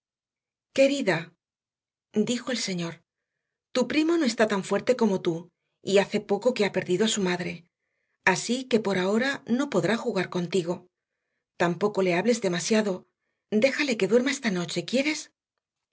querida dijo el señor tu primo no está tan fuerte como tú y hace poco que ha perdido a su madre así que por ahora no podrá jugar contigo tampoco le hables demasiado déjale que duerma esta noche quieres